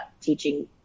teaching